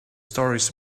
stories